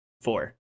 four